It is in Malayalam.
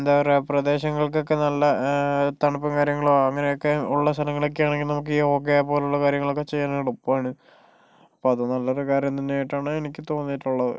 എന്താ പറയുക പ്രദേശങ്ങൾക്കൊക്കെ നല്ല തണുപ്പും കാര്യങ്ങളോ അങ്ങനെയൊക്കെ ഉള്ള സ്ഥലങ്ങളിലൊക്കെയാണെങ്കിലും നമുക്ക് യോഗ പോലുള്ള കാര്യങ്ങളൊക്കെ ചെയ്യാൻ എളുപ്പാണ് അപ്പൊൾ അത് നല്ലൊരു കാര്യം തന്നെ ആയിട്ടാണ് എനിക്ക് തോന്നിയിട്ടൊള്ളത്